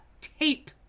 tape